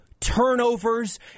turnovers